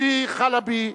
מג'די חלבי,